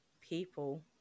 people